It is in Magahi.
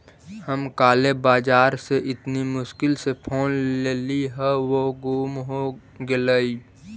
हम काले बाजार से इतनी मुश्किल से फोन लेली हल वो गुम हो गेलई